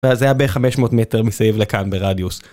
זה היה ב 500 מטר מסביב לכאן ברדיוס.